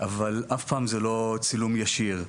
אבל אף פעם זה לא צילום ישיר,